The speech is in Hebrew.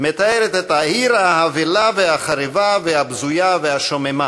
מתארת את "העיר האבלה והחרבה והבזויה והשוממה,